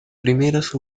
primeras